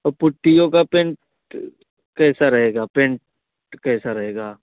और पुट्टीयों का पेंट कैसा रहेगा पेंट कैसा रहेगा